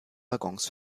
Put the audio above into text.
waggons